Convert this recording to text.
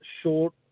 short